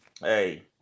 hey